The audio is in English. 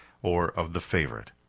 or of the favorite.